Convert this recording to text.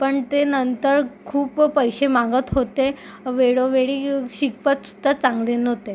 पण ते नंतर खूप पैसे मागत होते वेळोवेळी शिकवत सुद्धा चांगले नव्हते